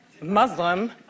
Muslim